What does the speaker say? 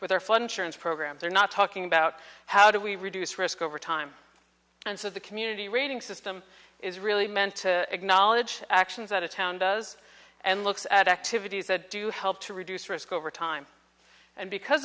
surance programs are not talking about how do we reduce risk over time and so the community rating system is really meant to acknowledge actions that a town does and looks at activities that do help to reduce risk over time and because